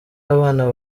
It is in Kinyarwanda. abana